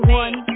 one